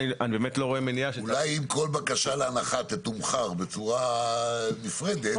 אולי אם כל בקשה להנחה תתומחר בצורה נפרדת,